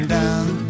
down